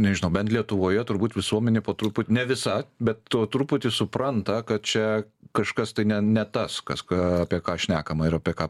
nežinau bent lietuvoje turbūt visuomenė po truput ne visa be tu truputį supranta kad čia kažkas tai ne ne tas kas ką apie ką šnekama ir apie ką